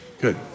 Good